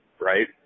right